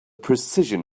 precision